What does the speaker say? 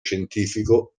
scientifico